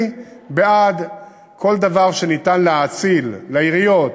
אני בעד כל דבר שניתן להאציל לעיריות,